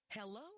Hello